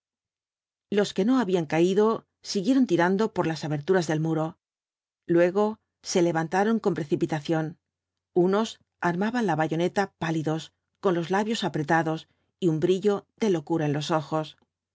los que no habían caído siguieron tirando por las aberturas del muro luego se levantaron con precipitación unos armaban la bayoneta pálidos con los labios apretados y un brillo de locura en los ojos